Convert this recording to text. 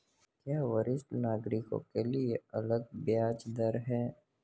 क्या वरिष्ठ नागरिकों के लिए अलग ब्याज दर है?